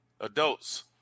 adults